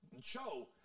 show